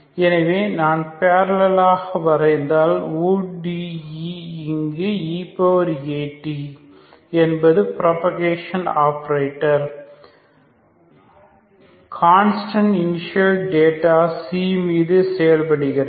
எனவே நான் பேரலலாக வரைந்தால் ODE இங்கு eAt என்பது propagation operator constant initial data c மீது செயல்படுகிறது